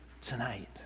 tonight